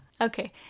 Okay